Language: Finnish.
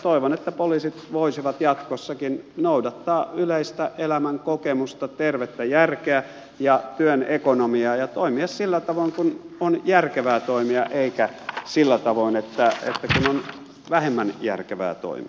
toivon että poliisit voisivat käytännön työssä jatkossakin noudattaa yleistä elämänkokemusta tervettä järkeä ja työn ekonomiaa ja toimia sillä tavoin kuin on järkevää toimia eikä sillä tavoin kuin on vähemmän järkevää toimia